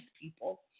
people